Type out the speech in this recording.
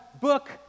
book